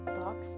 box